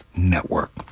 Network